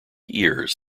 ears